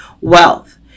wealth